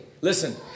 Listen